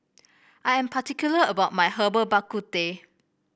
I am particular about my Herbal Bak Ku Teh